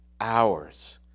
hours